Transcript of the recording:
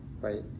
right